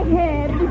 head